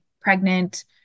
pregnant